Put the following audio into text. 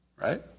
Right